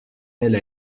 elle